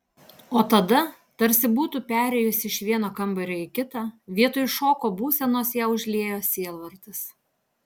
o tada tarsi būtų perėjusi iš vieno kambario į kitą vietoj šoko būsenos ją užliejo sielvartas